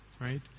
Right